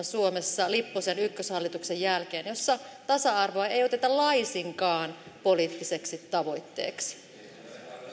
suomessa lipposen ykköshallituksen jälkeen ensimmäinen hallitusohjelma jossa tasa arvoa ei oteta laisinkaan poliittiseksi tavoitteeksi arvoisa rouva